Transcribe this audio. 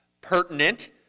pertinent